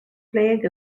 plague